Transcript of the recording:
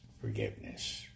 forgiveness